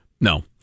No